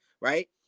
right